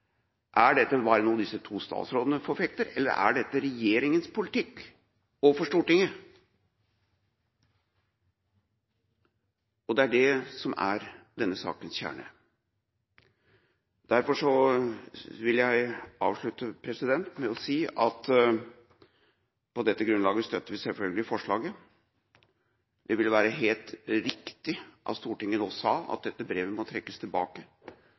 Er dette bare noe disse to statsrådene forfekter, eller er dette regjeringas politikk overfor Stortinget? Det er det som er denne sakens kjerne. Derfor vil jeg avslutte med å si at på dette grunnlaget støtter vi selvfølgelig tilrådinga. Det ville være helt riktig om Stortinget nå sa at dette brevet må trekkes tilbake